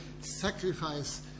Sacrifice